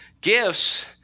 gifts